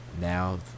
now